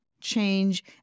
change